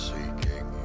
Seeking